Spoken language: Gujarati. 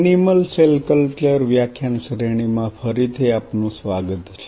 એનિમલ સેલ કલ્ચર વ્યાખ્યાન શ્રેણીમાં ફરી થી આપ નું સ્વાગત છે